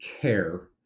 care